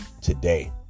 today